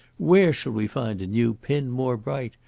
where shall we find a new pin more bright?